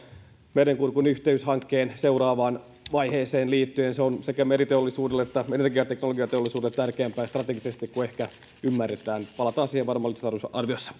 merenkurkun yhteyshankkeen seuraavaan vaiheeseen liittyen se on sekä meriteollisuudelle että energiateknologiateollisuudelle strategisesti tärkeämpää kuin ehkä ymmärretään siihen palataan varmaan lisätalousarviossa